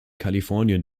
kalifornien